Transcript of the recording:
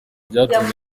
byatumye